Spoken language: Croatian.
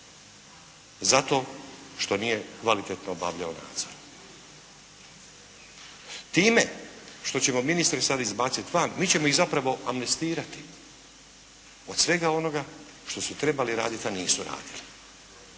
za to što nije kvalitetno obavljao nadzor? Time što ćemo ministre sada izbaciti van mi ćemo ih zapravo amnestirati od svega onoga što su trebali raditi a nisu radili,